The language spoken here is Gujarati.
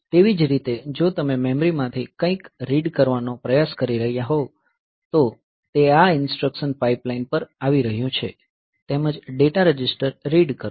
તેવી જ રીતે જો તમે મેમરી માંથી કંઈક રીડ કરવાનો પ્રયાસ કરી રહ્યાં હોવ તો તે આ ઇન્સટ્રકશન પાઇપલાઇન પર આવી રહ્યું છે તેમજ ડેટા રજિસ્ટર રીડ કરો